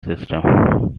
systems